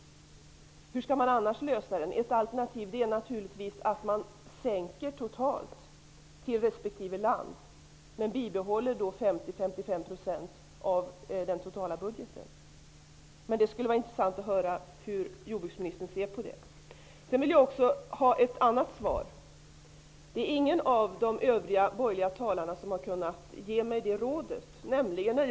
Hur skall man annars lösa det? Ett alternativ är naturligtvis att man sänker det som går till respektive land men bibehåller 50--55 % av den totala budgeten. Men det skulle vara intressant att höra hur jordbruksministern ser på det. Sedan vill jag också ha ett annat svar -- det är ingen av de övriga borgerliga talarna som har kunnat ge mig ett råd på den punkten.